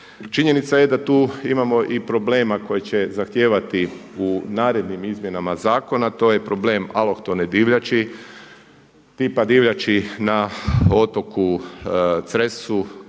Činjenica je da tu imamo i problema koje će zahtijevati u narednim izmjenama zakona, to je problem alohtone divljači tipa divljači na otoku Cresu,